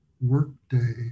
workday